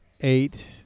eight